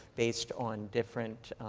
based on different